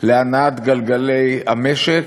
להנעת גלגלי המשק,